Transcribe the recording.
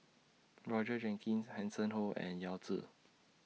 Roger Jenkins Hanson Ho and Yao Zi